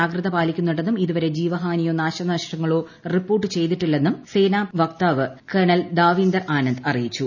ജാഗ്രഗത പാലിക്കുന്നുണ്ടെന്നും ഇതുവരെ ജീവഹാനിയോ നാശനഷ്ടങ്ങളോ റിപ്പോർട്ട് ചെയ്തിട്ടില്ലെന്ന് സേനാ വക്താവ് കേണൽ ദാവീന്ദർ അനന്ദ് അറിയിച്ചു